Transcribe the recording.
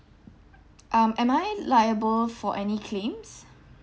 um am I liable for any claims